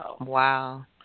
Wow